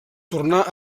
tornà